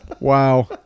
Wow